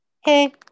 Hey